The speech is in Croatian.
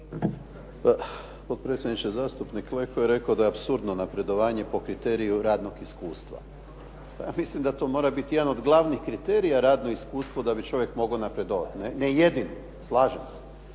Potpredsjedniče, zastupnik Leko je rekao da je apsurdno napredovanje po kriteriju radnog iskustva. Pa ja mislim da to mora biti jedan od glavnih kriterija radno iskustvo da bi čovjek mogao napraviti. Ne jedini slažem se